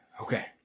Okay